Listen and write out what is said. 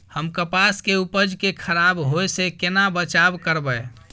हम कपास के उपज के खराब होय से केना बचाव करबै?